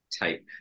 type